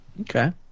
Okay